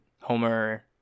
Homer